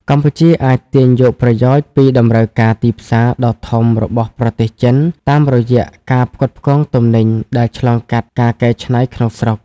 កម្ពុជាអាចទាញយកប្រយោជន៍ពីតម្រូវការទីផ្សារដ៏ធំរបស់ប្រទេសចិន តាមរយៈការផ្គត់ផ្គង់ទំនិញដែលឆ្លងកាត់ការកែច្នៃក្នុងស្រុក។